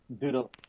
doodle